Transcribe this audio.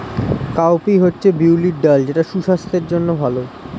cowpea হচ্ছে বিউলির ডাল যেটা সুস্বাস্থ্যের জন্য ভালো